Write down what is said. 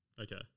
Okay